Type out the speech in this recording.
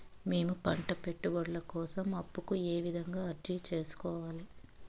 మేము పంట పెట్టుబడుల కోసం అప్పు కు ఏ విధంగా అర్జీ సేసుకోవాలి?